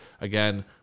again